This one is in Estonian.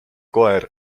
koer